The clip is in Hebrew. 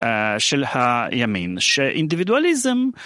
של הימין שאינדיבידואליזם.